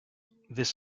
this